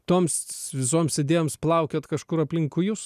toms visoms idėjoms plaukiot kažkur aplinkui jus